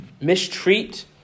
mistreat